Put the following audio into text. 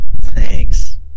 Thanks